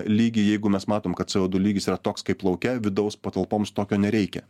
lygį jeigu mes matom kad co du lygis yra toks kaip lauke vidaus patalpoms tokio nereikia